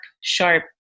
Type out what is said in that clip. sharp